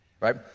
right